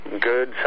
good